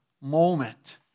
moment